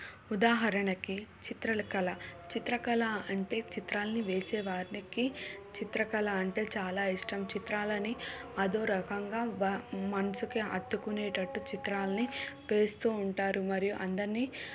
ఉదాహరణకి చిత్రలకళ చిత్రకళ అంటే చిత్రాల్ని వేసేవారికి చిత్రకళ అంటే చాలా ఇష్టం చిత్రాలని అదో రకంగా వ మనసుకు హత్తుకొనేటట్లు చిత్రాల్ని వేస్తూ ఉంటారు మరియు అందర్నీ